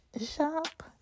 shop